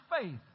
faith